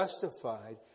justified